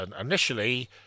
initially